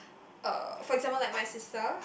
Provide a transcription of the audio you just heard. uh for example like my sister